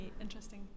interesting